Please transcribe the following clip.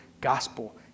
gospel